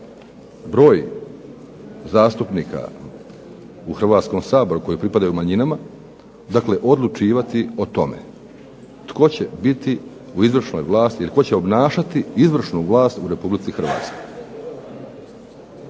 broj zastupnika u Hrvatskom saboru koji pripadaju manjinama dakle odlučivati o tome tko će biti u izvršnoj vlasti ili tko će obnašati izvršnu vlast u Republici Hrvatskoj.